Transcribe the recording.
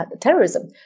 terrorism